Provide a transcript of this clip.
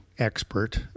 expert